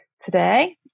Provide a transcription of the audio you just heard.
today